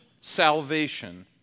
salvation